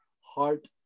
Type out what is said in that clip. heart